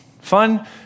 Fun